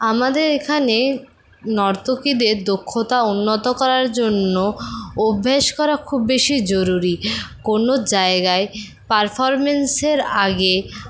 আমাদের এখানে নর্তকীদের দক্ষতা উন্নত করার জন্য অভ্যেস করা খুব বেশি জরুরি কোনো জায়গায় পারফরমেন্সের আগে